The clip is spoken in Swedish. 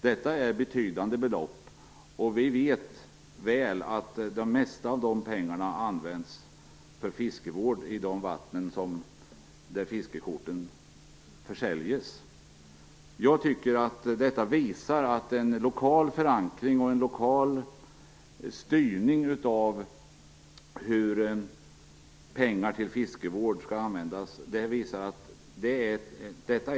Detta är betydande belopp, och vi vet väl att de mesta av de pengarna används för fiskevård i de vatten där fiskekorten försäljes. Detta visar att en lokal förankring och en lokal styrning av hur pengar till fiskevård skall användas är något som fungerar.